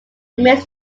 remains